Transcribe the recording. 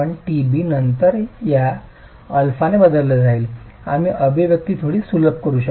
1tb नंतर या α ने बदलले जाईल आम्ही अभिव्यक्ती थोडी सुलभ करू शकू